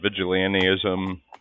vigilantism